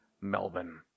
Melbourne